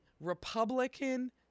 Republican